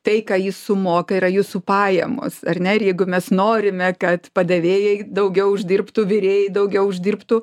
tai ką jis sumoka yra jūsų pajamos ar ne jeigu mes norime kad padavėjai daugiau uždirbtų virėjai daugiau uždirbtų